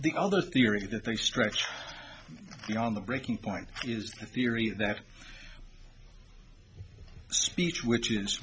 theory that they stretch beyond the breaking point is theory that speech which is